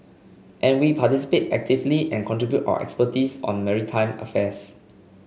and we participate actively and contribute our expertise on maritime affairs